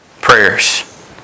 prayers